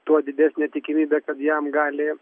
tuo didesnė tikimybė kad jam gali